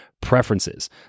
preferences